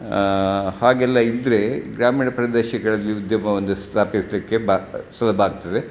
ಹಾಗೆಲ್ಲ ಇದ್ದರೆ ಗ್ರಾಮೀಣ ಪ್ರದೇಶಗಳಲ್ಲಿ ಉದ್ಯಮ ಒಂದು ಸ್ಥಾಪಿಸಲಿಕ್ಕೆ ಆಗ್ತದೆ ಸುಲಭ ಆಗ್ತದೆ